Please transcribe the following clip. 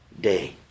day